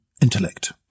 intellect